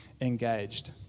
engaged